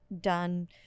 done